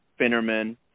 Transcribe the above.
Finnerman